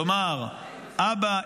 כלומר: אבא,